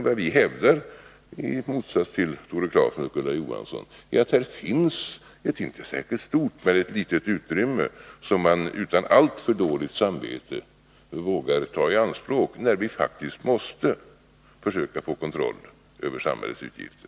Vad vi hävdar, i motsats till Tore Claeson och Ulla Johansson, är att här finns ett litet utrymme — det är alltså inte särskilt stort — som man utan alltför dåligt samvete vågar ta i anspråk, när vi faktiskt måste försöka få kontroll över samhällets utgifter.